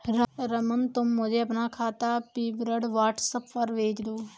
रमन, तुम मुझे अपना खाता विवरण व्हाट्सएप पर भेज दो